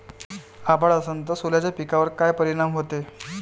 अभाळ असन तं सोल्याच्या पिकावर काय परिनाम व्हते?